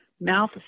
mouth